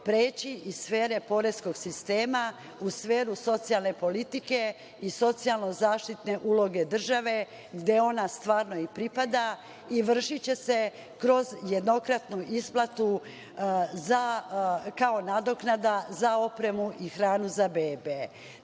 preci iz sfere poreskog sistema u sferu socijalne politike i socijalno-zaštitne uloge države, gde ona stvarno i pripada i vršiće se kroz jednokratnu isplatu, kao nadoknada za opremu i hranu za